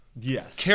Yes